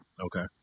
Okay